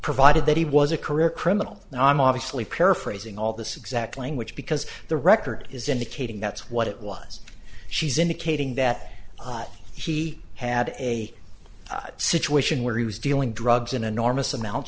provided that he was a career criminal and i'm obviously paraphrasing all this exact language because the record is indicating that's what it was she's indicating that she had a situation where he was dealing drugs an enormous amount